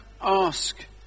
ask